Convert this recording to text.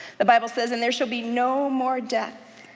the bible says and there shall be no more death,